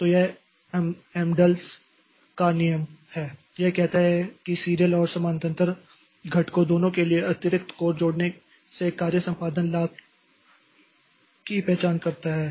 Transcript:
तो यह अम्दाहल का नियमAmdahl's law है यह कहता है कि सीरियल और समानांतर घटकों दोनों के लिए अतिरिक्त कोर जोड़ने से कार्य संपादन लाभ की पहचान करता है